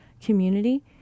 community